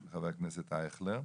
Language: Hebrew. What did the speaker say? ח"כ אייכלר.